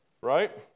right